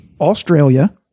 australia